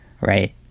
Right